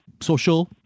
social